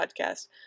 podcast